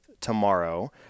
tomorrow